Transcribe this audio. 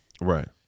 Right